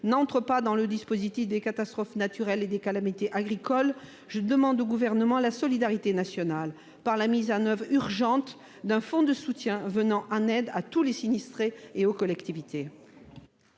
ne relève pas du dispositif des catastrophes naturelles et des calamités agricoles, je demande au Gouvernement la solidarité nationale, par la mise en oeuvre urgente d'un fonds de soutien afin de venir en aide à tous les sinistrés et aux collectivités.